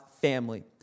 family